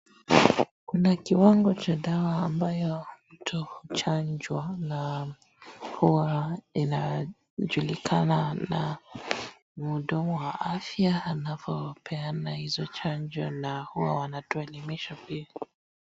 Kuna kiwango cha dawa ambayo mtu huchanjwa na huwa inajulikana na mhudumu wa afya anapopeana hizo chanjo na huwa wanatuelimisha pia.